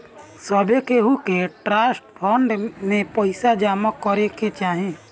सभे केहू के ट्रस्ट फंड में पईसा जमा करे के चाही